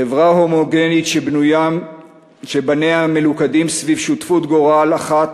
חברה הומוגנית שבניה מלוכדים סביב שותפות גורל אחת